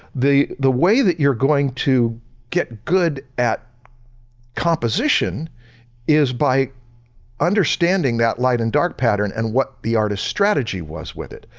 the the way that you're going to get good at composition is by understanding that light and dark pattern and what the artists strategy with it.